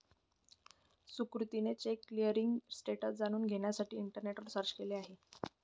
सुकृतीने check clearing status जाणून घेण्यासाठी इंटरनेटवर सर्च केले